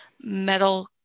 metal